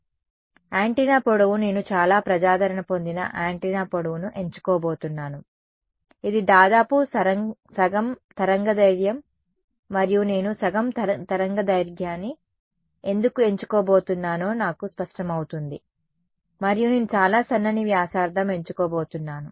కాబట్టి యాంటెన్నా పొడవు నేను చాలా ప్రజాదరణ పొందిన యాంటెన్నా పొడవును ఎంచుకోబోతున్నాను ఇది దాదాపు సగం తరంగదైర్ఘ్యం మరియు నేను సగం తరంగదైర్ఘ్యాన్ని ఎందుకు ఎంచుకోబోతున్నానో నాకు స్పష్టమవుతుంది మరియు నేను చాలా సన్నని వ్యాసార్థం ఎంచుకోబోతున్నాను